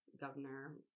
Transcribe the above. governor